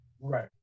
Right